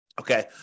Okay